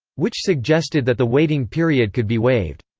which suggested that the waiting period could be waived.